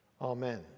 Amen